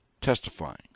testifying